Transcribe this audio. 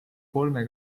kolme